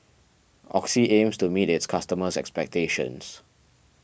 Oxy aims to meet its customers' expectations